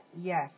Yes